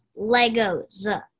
Legos